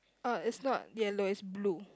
uh it's not yellow it's blue